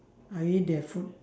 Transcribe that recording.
I eat their food